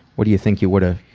what do you think you would ah